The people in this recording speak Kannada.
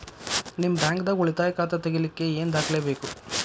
ನಿಮ್ಮ ಬ್ಯಾಂಕ್ ದಾಗ್ ಉಳಿತಾಯ ಖಾತಾ ತೆಗಿಲಿಕ್ಕೆ ಏನ್ ದಾಖಲೆ ಬೇಕು?